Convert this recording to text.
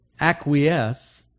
acquiesce